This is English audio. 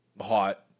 hot